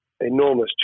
enormous